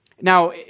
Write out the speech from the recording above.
Now